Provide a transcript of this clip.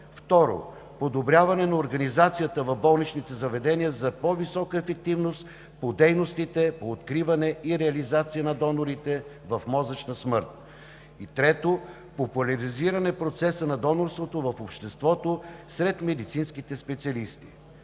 донори; 2. подобряване на организацията в болничните заведения за по-висока ефективност по дейностите по откриване и реализация на донорите в мозъчна смърт; и 3. популяризиране процеса на донорството в обществото, сред медицинските специалисти.